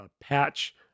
patch